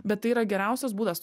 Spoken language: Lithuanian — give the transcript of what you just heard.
bet tai yra geriausias būdas